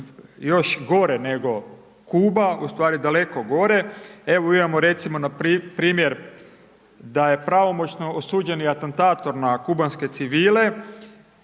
još gore nego Kuba, ustvari daleko gore. Evo imamo recimo npr. da je pravomoćno osuđeni atentator na kubanske civile